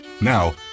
Now